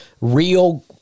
real